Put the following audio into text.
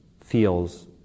feels